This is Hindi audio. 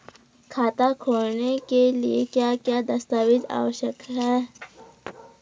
खाता खोलने के लिए क्या क्या दस्तावेज़ आवश्यक हैं?